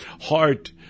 heart